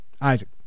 Isaac